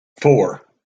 four